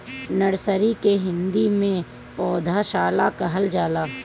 nursery के हिंदी में पौधशाला कहल जाला